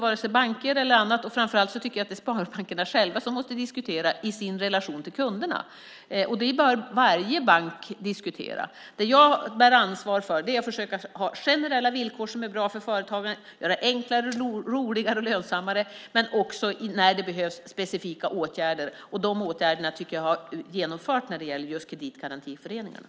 Framför allt tycker jag att det är sparbankerna själva som måste ha en diskussion i sin relation till kunderna, och en sådan diskussion bör varje bank ha. Det som jag bär ansvar för är att försöka se till att det finns generella villkor som är bra för företagen, att göra det enklare, roligare och lönsammare att starta företag, men också, när det behövs, sätta in specifika åtgärder. Och sådana åtgärder tycker jag att jag har genomfört när det gäller just kreditgarantiföreningarna.